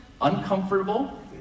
uncomfortable